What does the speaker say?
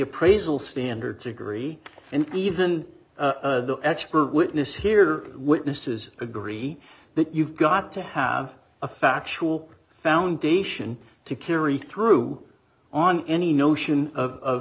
appraisal standards agree and even the expert witness here witnesses agree that you've got to have a factual foundation to carry through on any notion of